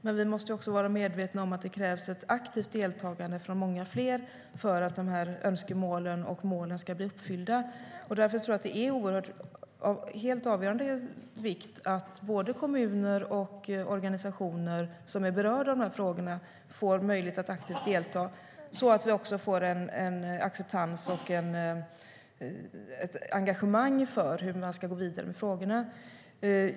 Men vi måste också vara medvetna om att det krävs ett aktivt deltagande från många fler för att dessa önskemål och mål ska bli uppfyllda. Därför tror jag att det är av helt avgörande betydelse att både kommuner och berörda organisationer får möjlighet att aktivt delta, så att vi också får en acceptans och ett engagemang för att gå vidare i frågorna.